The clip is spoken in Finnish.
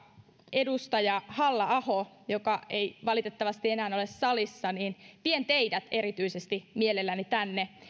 edustaja halla aho joka ei valitettavasti enää ole salissa vien erityisesti teidät mielelläni tänne viitaten